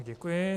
Děkuji.